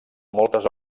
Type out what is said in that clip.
moltes